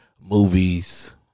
movies